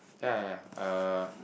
yeah yeah yeah uh